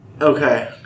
Okay